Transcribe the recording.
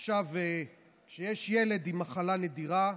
עכשיו, כשיש ילד עם מחלה נדירה,